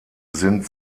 sind